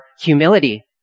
humility